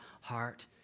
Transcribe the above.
heart